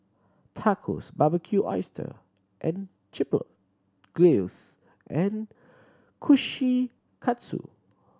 Tacos Barbecued Oyster and Chipotle Glaze and Kushikatsu